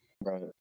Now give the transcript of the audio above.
Right